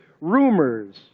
rumors